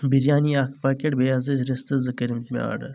بریانی اکھ پیکیٹ بیٚیہِ حظ ٲسۍ رِستہٕ زٕ کٔرۍ مٕتۍ مےٚ آرڈر